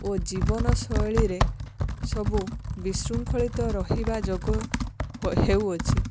ଓ ଜୀବନଶୈଳୀରେ ସବୁ ବିଶୃଙ୍ଖଳିତ ରହିବା ଯୋଗ ହେଉଅଛି